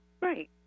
Right